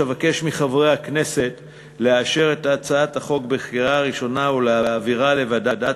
אבקש מחברי הכנסת לאשר את הצעת החוק בקריאה ראשונה ולהעבירה לוועדת